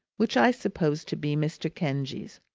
which i supposed to be mr. kenge's.